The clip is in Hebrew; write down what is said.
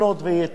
זה הכול.